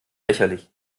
lächerlich